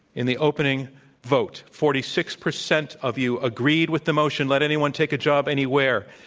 in the opening vote, forty six percent of you agreed with the motion, let anyone take a job anywhere.